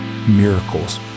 Miracles